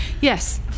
Yes